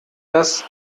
das